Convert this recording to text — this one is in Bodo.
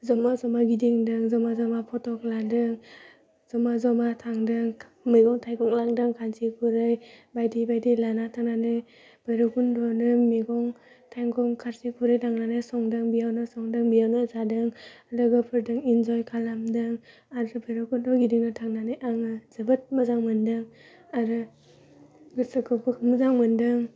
जमा जमा गिदिंदों जमा जमा फटक लादों जमा जमा थांदों मैगं थाइगं लांदों फ्लास्टिक खुरै बायदि बायदि लाना थांनानै बैरब खुन्दआवनो मैगं थाइगं खारसि खुरै लांनानै संदों बेयावनो संदों बेयावनो जादों लोगोफोरजों इन्जय खालामदों हाजोफ्रावबो दुगि दुगा थांनानै आङो जोबोद मोजां मोनदों आरो गोसोखौबो मोजां मोनदों